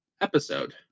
episode